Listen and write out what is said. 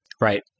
Right